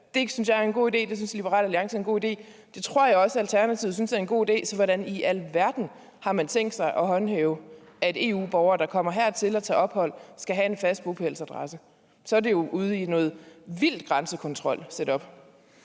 Det synes jeg er en god idé, det synes Liberal Alliance er en god idé, og det tror jeg også Alternativet synes er en god idé. Så hvordan i alverden har man tænkt sig at håndhæve, at EU-borgere, der kommer hertil og tager ophold, skal have en fast bopælsadresse? Så er det jo ude i noget vild grænsekontrol-setup.